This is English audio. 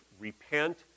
repent